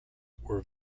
were